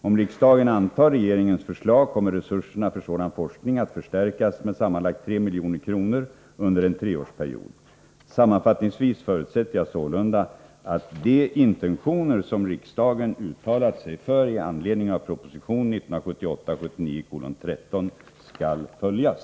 Om riksdagen antar regeringens förslag kommer resurserna för sådan forskning att förstärkas med sammanlagt 3 milj.kr. under en treårsperiod. Sammanfattningsvis förutsätter jag sålunda att de intentioner som riksdagen uttalat sig för i anledning av proposition 1978/79:13 skall följas.